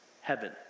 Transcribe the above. heaven